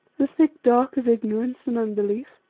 the thick dark of ignorance and unbelief.